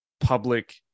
public